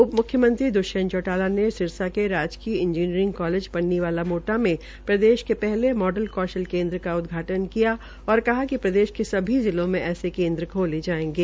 उप म्ख्यमंत्री दृष्यंत चौटाला ने सिरसा के राजकीय इंजीनियरिंग कालेज पन्नीवाला मोटा में प्रदेश के पहले मॉडल कौश्ल केन्द्र का उदघाटन किया और कहा कि प्रदेश के सभी जिलों मे ऐसे केन्द्र खोले जायेंगे